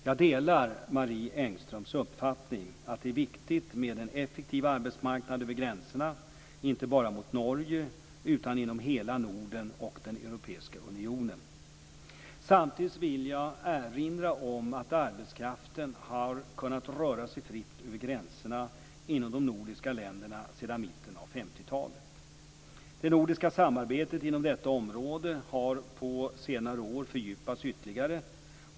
Jag delar Marie Engströms uppfattning att det är viktigt med en effektiv arbetsmarknad över gränserna, inte bara mot Norge utan inom hela Norden och den europeiska unionen. Samtidigt vill jag erinra om att arbetskraften har kunnat röra sig fritt över gränserna inom de nordiska länderna sedan mitten av 1950-talet. Det nordiska samarbetet inom detta område har på senare år fördjupats ytterligare.